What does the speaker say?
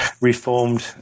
reformed